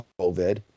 COVID